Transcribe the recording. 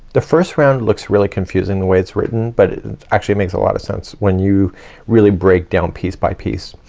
the first round looks really confusing the way it's written but it actually makes a lot of sense when you really break down piece by piece.